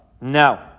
No